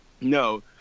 no